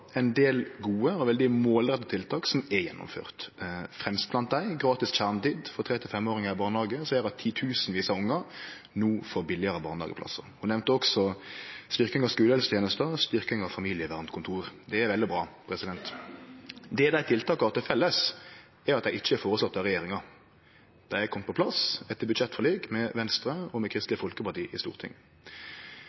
ein del gode og veldig målretta tiltak som er gjennomførte. Fremst blant dei er gratis kjernetid for tre–femåringar i barnehage som gjer at titusenvis av ungar no får billigare barnehageplass. Ho nemnde også styrking av skulehelsetenesta og styrking av familievernkontor. Det er vel og bra. Det dei tiltaka har til felles, er at dei ikkje er føreslått av regjeringa. Dei har kome på plass etter budsjettforlik med Venstre og